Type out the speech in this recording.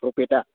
प्रफिटा